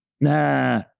nah